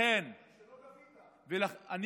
רק תסביר לנו איך אתה משלם את הכסף שלא גבית.